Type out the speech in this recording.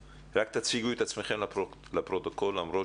שלום, צהריים טובים, כפי שאמרה